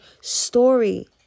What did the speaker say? story